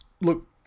look